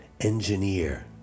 Engineer